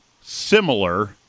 similar